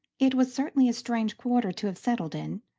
it was certainly a strange quarter to have settled in.